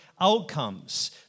outcomes